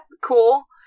cool